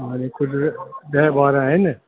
हुनखे कुझु ॾह ॿार आहिनि